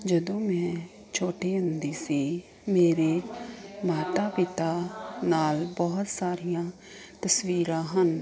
ਜਦੋਂ ਮੈਂ ਛੋਟੀ ਹੁੰਦੀ ਸੀ ਮੇਰੇ ਮਾਤਾ ਪਿਤਾ ਨਾਲ ਬਹੁਤ ਸਾਰੀਆਂ ਤਸਵੀਰਾਂ ਹਨ